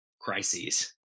crises